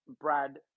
Brad